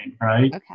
right